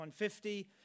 150